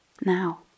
now